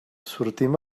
sortim